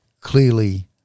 Clearly